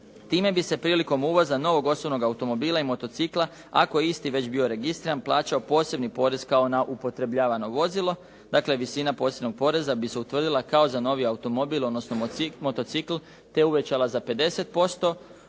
Time bi se prilikom uvoza novog osobnog automobila i motocikla, ako je isti već bio registriran, plaćao posebni porez kao na upotrebljavano vozilo. Dakle, visina posebnog poreza bi se utvrdila kao za novi automobil odnosno motocikl, te uvećala za 50%,